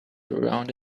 around